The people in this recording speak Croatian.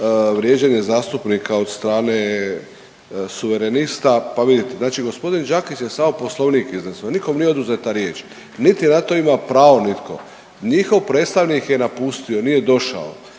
vrijeđanje zastupnika od strane suverenista, pa vidite znači gospodin Đakić je samo Poslovnik izneso, nikom nije oduzeta riječ niti na to ima pravo nitko. Njihov predstavnik je napustio, nije došao.